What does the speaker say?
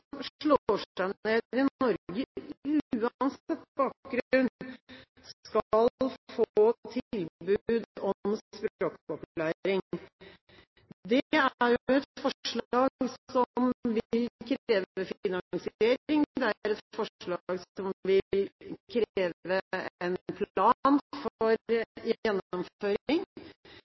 Norge, uansett bakgrunn, skal få tilbud om språkopplæring. Det er jo et forslag som vil kreve finansiering, og det er et forslag som vil kreve en plan for gjennomføring.